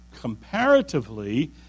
comparatively